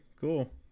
cool